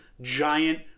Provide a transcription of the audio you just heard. giant